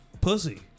pussy